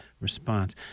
response